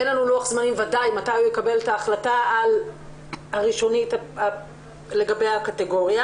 אין לנו לוח זמנים ודאי מתי הוא יקבל את ההחלטה הראשונית לגבי הקטגוריה.